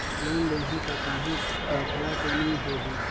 Loan लेहूं ता काहीं लफड़ा तो नी होहि?